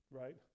right